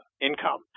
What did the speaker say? income